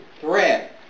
threat